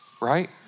right